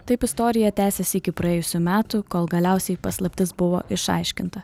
taip istorija tęsiasi iki praėjusių metų kol galiausiai paslaptis buvo išaiškinta